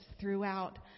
throughout